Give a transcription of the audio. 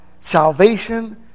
Salvation